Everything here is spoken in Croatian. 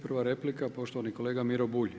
Prva replika poštovani kolega Miro Bulj.